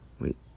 Wait